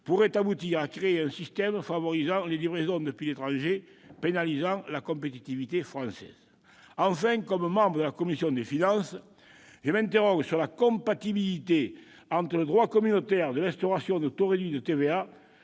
pourrait aboutir à créer un système favorisant les livraisons depuis l'étranger, pénalisant la compétitivité française. Enfin, comme membre de la commission des finances, je m'interroge sur la compatibilité avec le droit communautaire de l'instauration de taux réduits de TVA